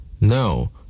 No